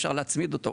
אפשר להצמיד אותו,